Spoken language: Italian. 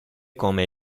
come